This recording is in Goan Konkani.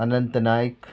अनंत नायक